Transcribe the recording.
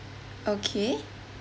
okay